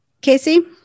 Casey